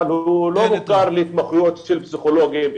אבל הוא לא מוכר להתמחויות של פסיכולוגים,